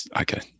Okay